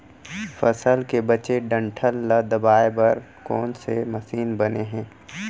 फसल के बचे डंठल ल दबाये बर कोन से मशीन बने हे?